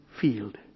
field